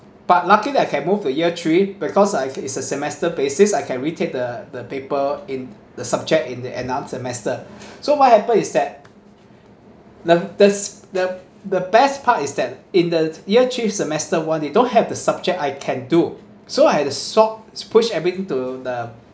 but lucky that I can move to year three because uh it's a semester basis I can retake the the paper in the subject in the another semester so what happened is that the there's the the best part is that in the year three semester [one] they don't have the subject I can do so I had to sort push everything to the